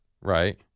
Right